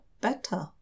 better